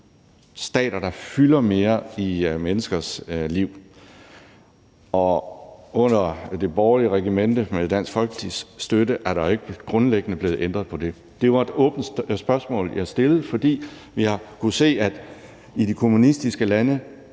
stater, der fylder mere i menneskers liv. Og under det borgerlige regimente med Dansk Folkepartis støtte er der ikke grundlæggende blevet ændret på det. Det var et åbent spørgsmål, jeg stillede, for vi har kunnet se, at i de kommunistiske lande